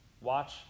watch